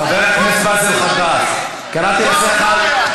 חבר הכנסת באסל גטאס, קראתי אותך לסדר.